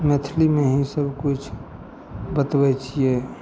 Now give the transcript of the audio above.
मैथिलीमे ही सबकिछु बतबै छियै